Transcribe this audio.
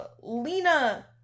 Lena